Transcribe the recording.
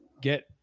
get